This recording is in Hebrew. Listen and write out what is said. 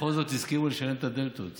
בכל זאת, הן הסכימו לשלם את הדלתות.